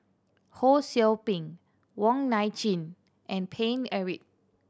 Ho Sou Ping Wong Nai Chin and Paine Eric